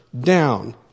down